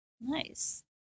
Nice